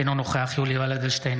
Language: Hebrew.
אינו נוכח יולי יואל אדלשטיין,